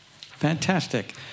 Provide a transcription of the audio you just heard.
Fantastic